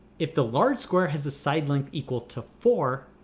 if the large square has a side length equal to four,